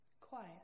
Quiet